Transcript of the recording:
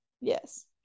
yes